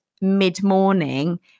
mid-morning